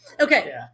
okay